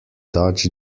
dutch